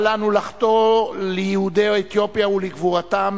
אל לנו לחטוא ליהודי אתיופיה ולגבורתם